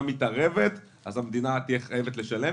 מתערבת אז המדינה תהיה חייבת לשלם,